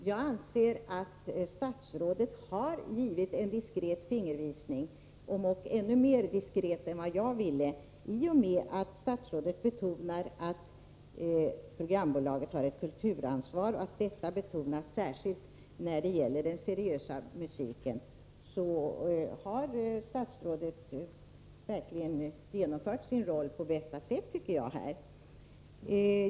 Herr talman! Jag anser att statsrådet har givit en diskret fingervisning, om ock ännu mer diskret än vad jag ville. I och med att han betonar att programbolaget har ett kulturansvar, särskilt när det gäller den seriösa musiken, har statsrådet verkligen genomfört sin roll på bästa sätt, tycker jag.